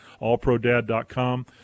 allprodad.com